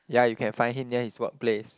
yeah you can find him near his workplace